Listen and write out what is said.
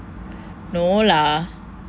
no lah